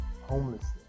Homelessness